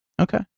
Okay